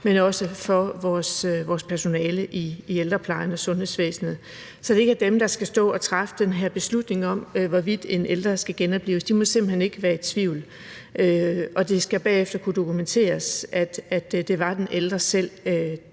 men også for vores personale i ældreplejen og sundhedsvæsenet, så det ikke er dem, der skal stå og træffe den her beslutning om, hvorvidt en ældre skal genoplives. De må simpelt hen ikke være i tvivl, og det skal bagefter kunne dokumenteres, at det var den ældre selv,